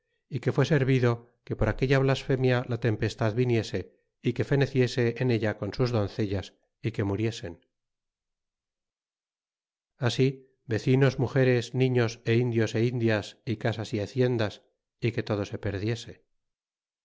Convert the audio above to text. é que fué servido que por aquella blasfemia la tempestad viuiese é que feneciese en ella con sus doncellas é que muriesen así vecinos rmigeres nifíos é indios é indias y casas y haciendas é que todo se perdiese